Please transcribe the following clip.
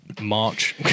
March